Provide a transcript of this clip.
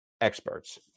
experts